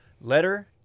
letter